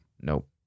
Nope